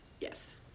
yes